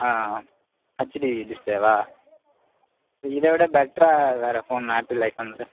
ஆ HD டிஸ்பிளேவா இதை விட பெட்டரா வேறு ஃபோன் ஆப்பிள் ஐ ஃபோன்